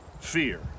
fear